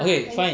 okay fine